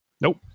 nope